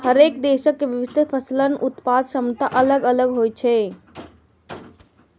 हरेक देशक के विभिन्न फसलक उत्पादन क्षमता अलग अलग होइ छै